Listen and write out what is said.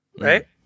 Right